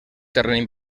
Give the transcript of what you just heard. terreny